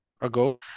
ago